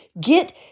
get